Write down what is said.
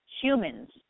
humans